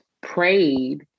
prayed